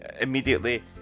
immediately